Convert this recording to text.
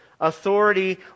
authority